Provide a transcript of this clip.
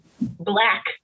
black